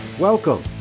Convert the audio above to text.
Welcome